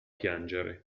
piangere